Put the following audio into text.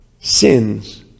sins